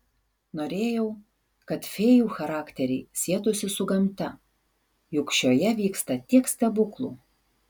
norėjau kad fėjų charakteriai sietųsi su gamta juk šioje vyksta tiek stebuklų